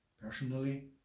Personally